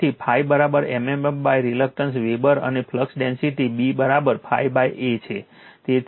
તેથી ∅ m m f reluctance weber અને flux density B ∅ A છે